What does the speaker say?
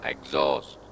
Exhaust